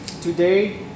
Today